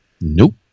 Nope